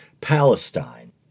Palestine